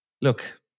look